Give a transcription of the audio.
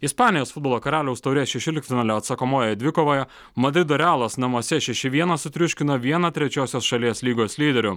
ispanijos futbolo karaliaus taurės šešioliktfinalio atsakomojoje dvikovoje madrido realas namuose šeši vienas sutriuškino vieną trečiosios šalies lygos lyderių